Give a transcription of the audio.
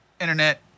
internet